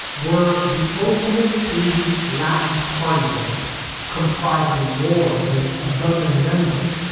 were the ultimate eighty s latin party band comprising more than a dozen members,